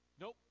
Nope